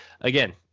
again